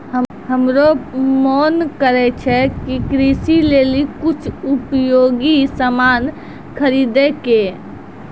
हमरो मोन करै छै कि कृषि लेली कुछ उपयोगी सामान खरीदै कै